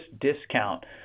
discount